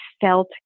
felt